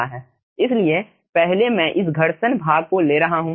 इसलिए पहले मैं इस घर्षण भाग को ले रहा हु